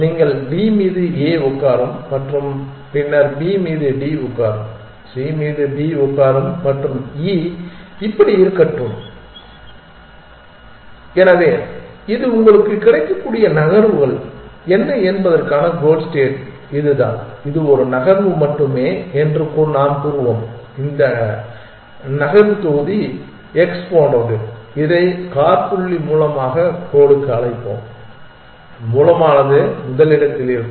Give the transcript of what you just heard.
நீங்கள் D மீது A உட்காரும்மற்றும் பின்னர் B மீது D உட்காரும் C மீது B உட்காரும்மற்றும் E இப்படி இருக்கட்டும் எனவே இது உங்களுக்கு கிடைக்கக்கூடிய நகர்வுகள் என்ன என்பதற்கான கோல் ஸ்டேட் இதுதான் இது ஒரு நகர்வு மட்டுமே என்று நாம் கூறுவோம் இது இந்த நகர்வு தொகுதி x போன்றது இதை காற்புள்ளி மூலமாக கோலுக்கு அழைப்போம் மூலமானது முதலிடத்தில் இருக்கும்